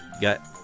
got